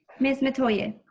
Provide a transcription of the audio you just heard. miss metoyer?